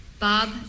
Bob